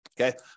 Okay